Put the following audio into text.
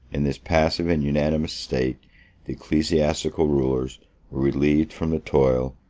in this passive and unanimous state the ecclesiastical rulers were relieved from the toil,